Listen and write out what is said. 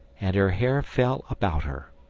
and her hair fell about her.